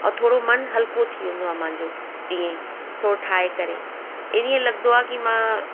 ऐं थोरो मनु हलको थी वेंदो आहे मांजो इएं ई थोरो ठाहे करे इएं लॻंदो आहे कि मां